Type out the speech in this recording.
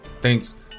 Thanks